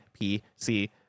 PC